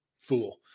fool